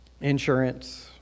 insurance